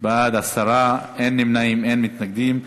בעד, 10, אין נמנעים, אין מתנגדים.